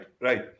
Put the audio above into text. right